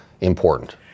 important